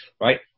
Right